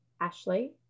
Ashley